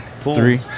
three